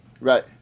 Right